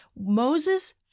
Moses